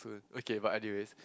okay but anyways